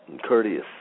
courteous